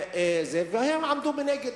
הם עמדו מנגד